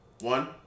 one